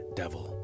devil